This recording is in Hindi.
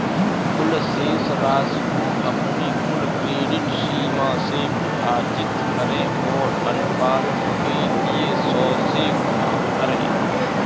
कुल शेष राशि को अपनी कुल क्रेडिट सीमा से विभाजित करें और अनुपात के लिए सौ से गुणा करें